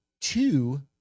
two